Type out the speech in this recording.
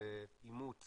זה אימוץ